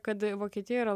kad vokietijoj yra